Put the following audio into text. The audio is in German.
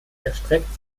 erstreckt